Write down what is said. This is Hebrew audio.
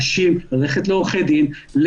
ללכת לעורכי דין,